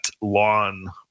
lawn